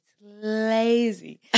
lazy